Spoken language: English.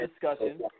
discussion